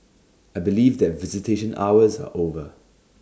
I believe that visitation hours are over